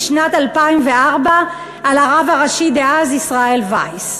בשנת 2004 על הרב הצבאי הראשי דאז ישראל וייס.